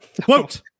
Quote